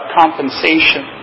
compensation